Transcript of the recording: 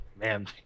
man